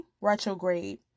retrograde